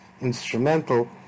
instrumental